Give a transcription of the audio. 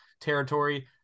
territory